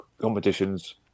competitions